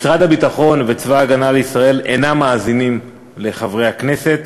משרד הביטחון וצבא הגנה לישראל אינם מאזינים לחברי הכנסת.